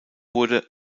wurde